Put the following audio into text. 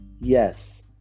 Yes